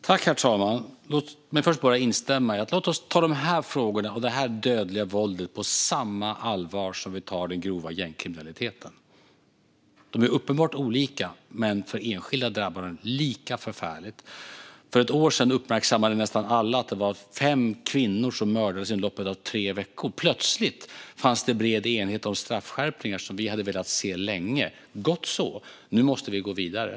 Herr talman! Låt mig först bara instämma och säga: Låt oss ta dessa frågor och detta dödliga våld på samma allvar som när det gäller den grova gängkriminaliteten! Våldet är uppenbart olika, men för enskilda drabbar det lika förfärligt. För ett år sedan uppmärksammade nästan alla att fem kvinnor mördades inom loppet av tre veckor, och plötsligt fanns det en bred enighet om straffskärpningar som vi hade velat se länge. Gott så! Men nu måste vi gå vidare.